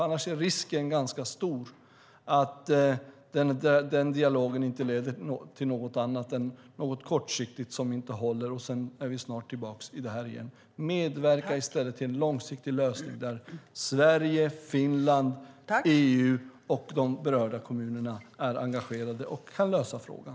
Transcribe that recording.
Annars är risken ganska stor att den dialogen inte leder till något annat än någonting kortsiktigt som inte håller, och så är vi snart tillbaka här. Medverka i stället till en långsiktig lösning där Sverige, Finland, EU och de berörda kommunerna är engagerade och kan lösa frågan.